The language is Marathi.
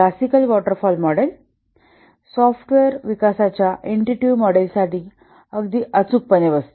classical waterfall model software विकासाच्या इंटुटीव्ह मॉडेलसाठी अगदी अचूकपणे बसते